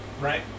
right